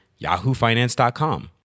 YahooFinance.com